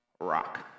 Rock